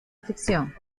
ficción